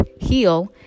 heal